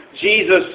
Jesus